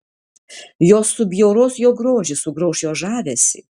jos subjauros jo grožį sugrauš jo žavesį